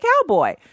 cowboy